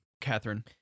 Catherine